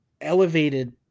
elevated